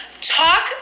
talk